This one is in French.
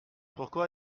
pourquoi